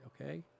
okay